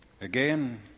Again